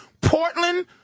Portland